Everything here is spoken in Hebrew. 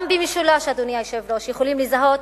גם במשולש, אדוני היושב-ראש, יכולים לזהות